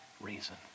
reason